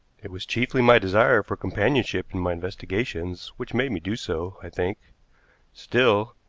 it was chiefly my desire for companionship in my investigations which made me do so, i think still,